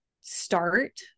start